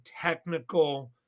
technical